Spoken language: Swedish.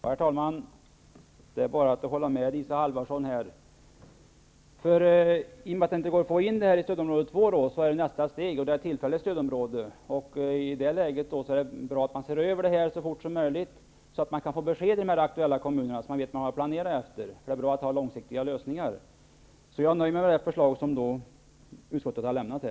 Herr talman! Jag håller med Isa Halvarsson här. I och med att det inte går att få dessa kommuner inplacerade i stödområde 2, är nästa steg tillfälligt stödområde. I detta läget är det bra att det här ses över så fort som möjligt, så att man i de aktuella kommunerna kan få besked och vet hur man skall planera. Det är bra med långsiktiga lösningar. Jag nöjer mig med utskottets förslag.